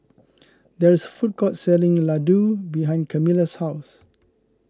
there is a food court selling Ladoo behind Kamila's house